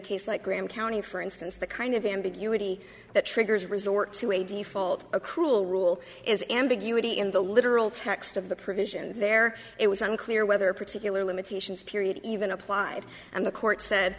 case like graham county for instance the kind of ambiguity that triggers resort to a default a cruel rule is ambiguity in the literal text of the provisions there it was unclear whether particular limitations period even applied and the court said